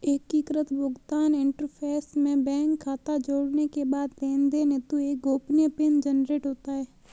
एकीकृत भुगतान इंटरफ़ेस में बैंक खाता जोड़ने के बाद लेनदेन हेतु एक गोपनीय पिन जनरेट होता है